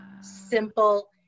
simple